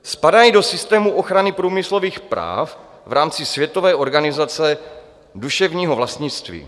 Spadají do systému ochrany průmyslových práv v rámci Světové organizace duševního vlastnictví.